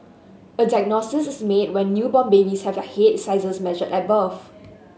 a diagnosis is made when newborn babies have their head sizes measured at birth